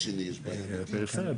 אביב